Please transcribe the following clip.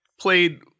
played